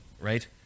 right